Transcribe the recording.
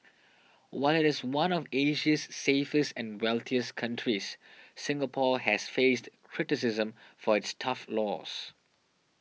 while it is one of Asia's safest and wealthiest countries Singapore has faced criticism for its tough laws